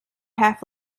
half